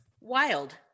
Wild